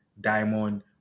diamond